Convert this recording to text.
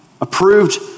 Approved